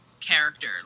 character